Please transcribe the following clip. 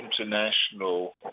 international